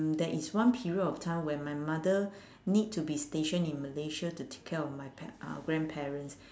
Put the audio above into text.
there is one period of time where my mother need to be stationed in malaysia to take care of my pa~ uh grandparents